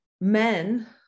men